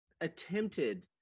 attempted